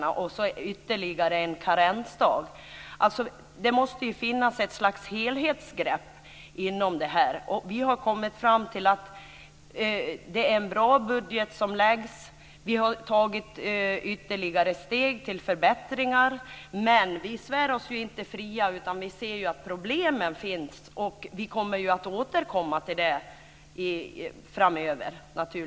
Samma sak gäller för detta med ytterligare en karensdag. Det måste finnas ett slags helhetsgrepp. Vi har kommit fram till att det är en bra budget som läggs fram. Vi har tagit ytterligare steg till förbättringar. Men vi svär oss inte fria, utan vi ser att problemen finns. Vi kommer naturligtvis att återkomma till dem framöver.